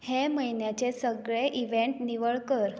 हे म्हयन्याचे सगळे इव्हेंट निवळ कर